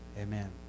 amen